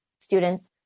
students